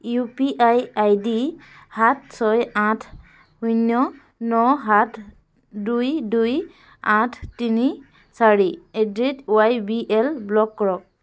U P I ID সাত ছয় আঠ শূন্য ন সাত দুই দুই আঠ তিনি চাৰি at the rate Y B L block কৰক